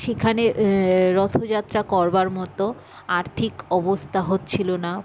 সেখানে রথযাত্রা করবার মতো আর্থিক অবস্থা হচ্ছিল না